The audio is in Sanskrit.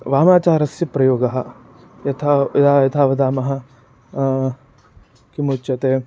वामाचारस्य प्रयोगः यथा यथा वदामः किमुच्यते